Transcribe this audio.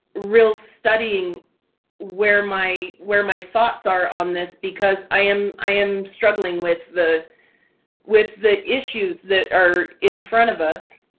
real studying where my where my thoughts are on this because i am i am struggling with the with the issues that are in front of us.